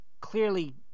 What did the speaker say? clearly –